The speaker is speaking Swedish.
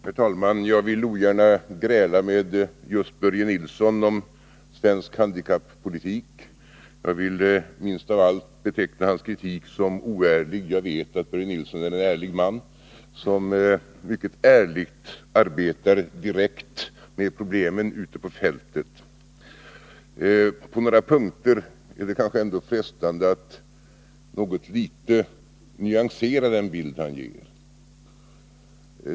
Herr talman! Jag vill ogärna gräla med just Börje Nilsson om svensk handikappolitik. Minst av allt vill jag beteckna hans kritik som oärlig. Jag vet att Börje Nilsson är en ärlig man, som mycket ärligt arbetar direkt med problemen ute på fältet. På ett par punkter är det kanske ändå frestande att något litet nyansera den bild han ger.